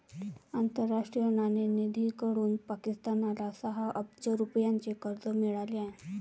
आंतरराष्ट्रीय नाणेनिधीकडून पाकिस्तानला सहा अब्ज रुपयांचे कर्ज मिळाले आहे